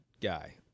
guy